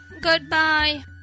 Goodbye